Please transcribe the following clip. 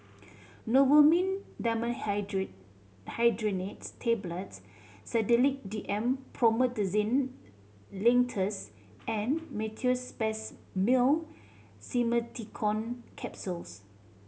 Novomin Tablets Sedilix D M Promethazine Linctus and Meteospasmyl Simeticone Capsules